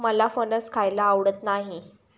मला फणस खायला आवडत नाही